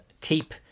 keep